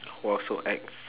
!wow! so ex